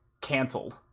canceled